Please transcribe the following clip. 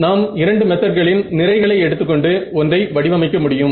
நாம் இரண்டு மெத்தட்களின் நிறைகளை எடுத்துக்கொண்டு ஒன்றை வடிவமைக்க முடியும்